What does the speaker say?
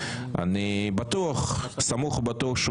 אני סמוך ובטוח שהוא